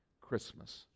Christmas